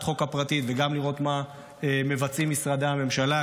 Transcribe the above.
החוק הפרטית וגם לראות מה מבצעים משרדי הממשלה,